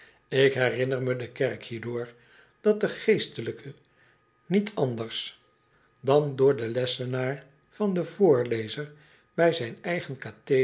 ik herinner me de kerk hierdoor dat de geestelijke niet anders dan door den lessenaar van den voorlezer bij zijn eigen